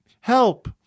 help